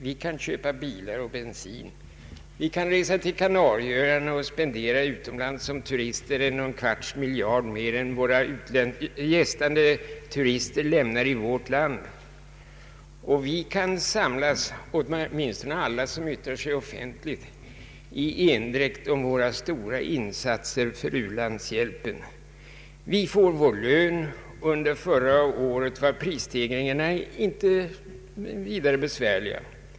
Vi kan köpa bilar och bensin, vi kan resa till Kanarieöarna och utom lands spendera som turister en och en kvarts miljard kronor mer än vad våra gästande turister lämnar i vårt land, och vi kan samlas, åtminstone alla som yttrar sig offentligt, i endräkt om våra stora insatser för u-landshjälpen. Vi får vår lön. Under förra året var prisstegringarna inte särskilt besvärliga.